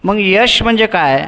मग यश म्हणजे काय